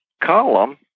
column